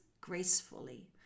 gracefully